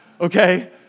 Okay